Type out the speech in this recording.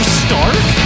stark